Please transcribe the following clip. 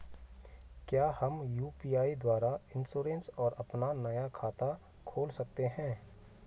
क्या हम यु.पी.आई द्वारा इन्श्योरेंस और अपना नया खाता खोल सकते हैं?